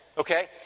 Okay